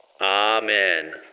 Amen